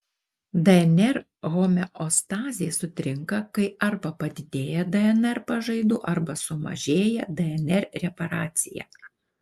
dnr homeostazė sutrinka kai arba padidėja dnr pažaidų arba sumažėja dnr reparacija